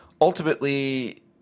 ultimately